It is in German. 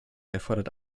erfordert